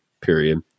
period